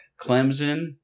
Clemson